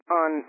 on